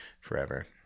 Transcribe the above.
forever